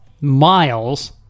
Miles